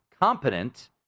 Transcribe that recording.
competent